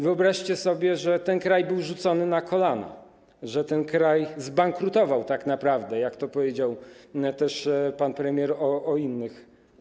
Wyobraźcie sobie, że ten kraj był rzucony na kolana, ten kraj zbankrutował tak naprawdę, jak powiedział też pan premier o innych.